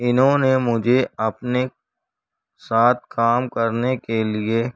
انہوں نے مجھے اپنے ساتھ کام کرنے کے لئے